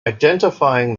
identifying